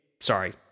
Sorry